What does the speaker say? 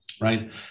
right